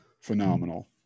phenomenal